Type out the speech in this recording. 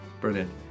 Brilliant